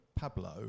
Pablo